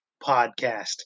podcast